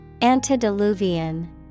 Antediluvian